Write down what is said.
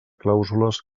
clàusules